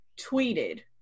tweeted